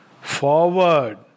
Forward